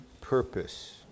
purpose